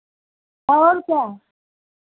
और क्या